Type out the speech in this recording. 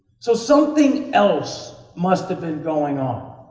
so, something else must have been going on,